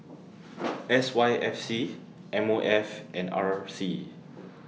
S Y F C M O F and R C